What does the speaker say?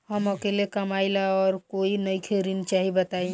हम अकेले कमाई ला और कोई नइखे ऋण चाही बताई?